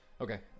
Okay